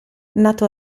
nato